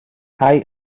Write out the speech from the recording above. hay